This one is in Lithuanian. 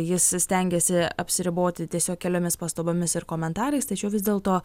jis stengiasi apsiriboti tiesiog keliomis pastabomis ir komentarais tačiau vis dėlto